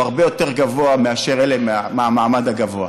בשכר שלהם הוא הרבה יותר גבוה מאשר אצל אלה מהמעמד הגבוה.